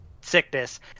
sickness